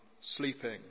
sleeping